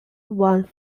won